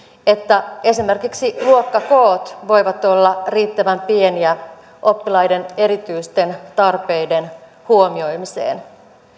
että esimerkiksi luokkakoot voivat olla riittävän pieniä oppilaiden erityisten tarpeiden huomioimiseen